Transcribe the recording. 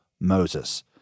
Moses